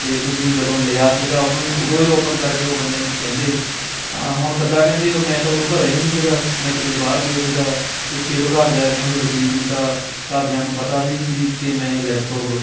ਅਤੇ ਤੁਸੀਂ ਜਦੋਂ ਲਿਆ ਸੀਗਾ ਉਹਨੂੰ ਹੀ ਉੱਦੋਂ ਹੀ ਓਪਨ ਕਰਕੇ ਉਹ ਬੰਦੇ ਨੂੰ ਕਹਿੰਦੇ ਤਾਂ ਹੁਣ ਕਿੱਦਾਂ ਕਹਿੰਦੇ ਮੈਂ ਤਾਂ ਉੱਦੋਂ ਘਰੇ ਵੀ ਨਹੀਂ ਸੀਗਾ ਮੈਂ ਕਿਤੇ ਬਾਹਰ ਗਿਓ ਸੀਗਾ ਪਿੱਛੇ ਤੋਂ ਘਰਦਿਆਂ ਨੇ ਉਹਨੂੰ ਰਿਸੀਵ ਕੀਤਾ ਘਰਦਿਆਂ ਨੂੰ ਪਤਾ ਵੀ ਨਹੀਂ ਸੀ ਕਿ ਮੈਂ ਇਹ ਲੈਪਟੋਪ